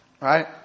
right